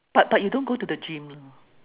but but you don't go to the gym ah